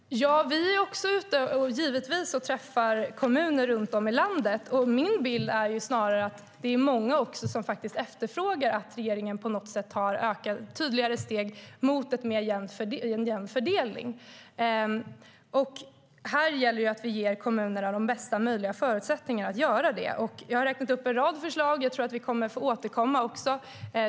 Herr talman! Vi är givetvis också ute och besöker kommuner i landet, och min bild är snarare att det är många som efterfrågar att regeringen tar tydligare steg mot en mer jämn fördelning. Här gäller det att vi ger kommunerna bästa möjliga förutsättningar att göra det. Jag har räknat upp en rad förslag, och jag tror att vi får återkomma med fler.